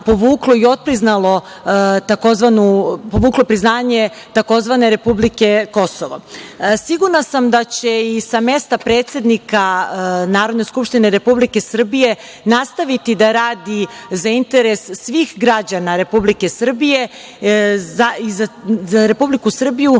Vučića mnogo zemalja povuklo i odpriznalo tzv. republike Kosovo. Siguran sam da će i sa mesta predsednika Narodne skupštine Republike Srbije nastaviti da radi za interes svih građana Republike Srbije, za Republiku Srbiju,